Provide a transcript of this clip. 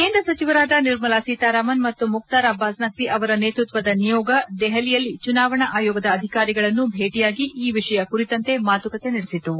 ಕೇಂದ ಸಚಿವರಾದ ನಿರ್ಮಲಾ ಸೀತಾರಾಮನ್ ಮತ್ತು ಮುಕ್ತಾರ್ ಅಬ್ಬಾಸ್ ನಖ್ನಿ ಅವರ ನೇತೃತ್ವದ ನಿಯೋಗ ದೆಹಲಿಯಲ್ಲಿ ಚುನಾವಣಾ ಆಯೋಗದ ಅಧಿಕಾರಿಗಳನ್ನು ಭೇಟಿಯಾಗಿ ಈ ವಿಷಯ ಕುರಿತಂತೆ ಮಾತುಕತೆ ನಡೆಸಿತು